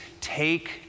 take